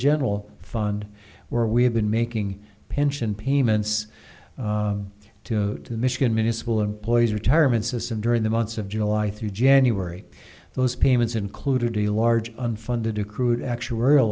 general fund where we have been making pension payments to michigan miniscule employees retirement system during the months of july through january those payments included a large unfunded accrued actuarial